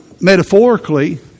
metaphorically